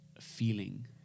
feeling